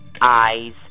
eyes